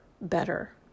better